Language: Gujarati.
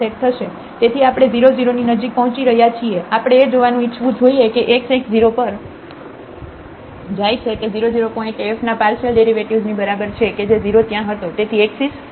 તેથી આપણે 0 0 ની નજીક પહોંચી રહ્યા છીએ આપણે એ જોવાનું ઇચ્છવું જોઈએ કે xx 0 પર જાય છે તે 0 0 પોઇન્ટએ f ના પાર્શિયલ ડેરિવેટિવ્ઝની બરાબર છે કે જે 0 ત્યાં હતો